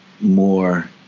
more